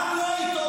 העם לא איתו,